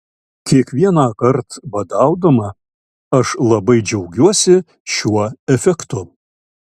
kiekvienąkart badaudama aš labai džiaugiuosi šiuo efektu